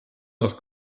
nach